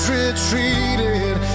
retreated